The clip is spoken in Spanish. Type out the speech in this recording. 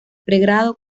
pregrado